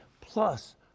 plus